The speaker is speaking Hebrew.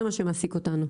זה מה שמעסיק אותנו.